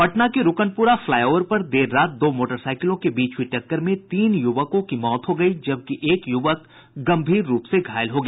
पटना के रूकनपुरा फ्लाईओवर पर देर रात दो मोटरसाईकिलों के बीच हुई टक्कर में तीन यूवकों की मौत हो गयी जबकि एक यूवक गंभीर रूप से घायल हो गया